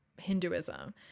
Hinduism